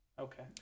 Okay